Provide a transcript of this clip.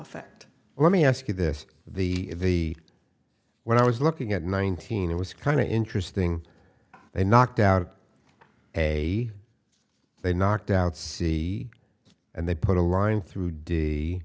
effect let me ask you this the way when i was looking at nineteen it was kind of interesting they knocked out a they knocked out c and they put a line through d